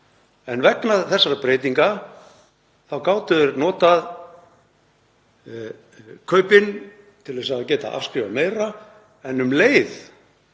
en vegna þessara breytinga þá gátu þær notað kaupin til að afskrifa meira og um leið